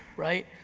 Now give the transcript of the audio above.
right?